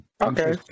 Okay